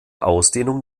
ausdehnung